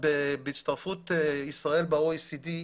בהצטרפות ישראל ב-OECD,